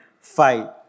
fight